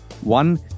one